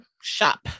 shop